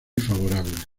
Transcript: favorable